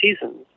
seasons